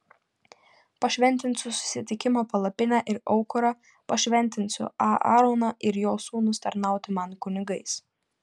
pašventinsiu susitikimo palapinę ir aukurą pašventinsiu aaroną ir jo sūnus tarnauti man kunigais